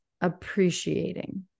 appreciating